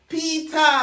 Peter